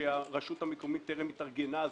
שהרשות המקומית טרם התארגנה,